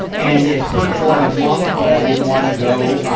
and it hurt for like a month, but i didn't wanna go, ah,